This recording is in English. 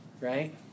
right